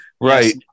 Right